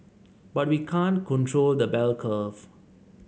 but we can't control the bell curve